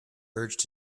urged